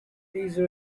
these